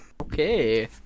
Okay